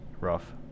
rough